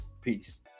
peace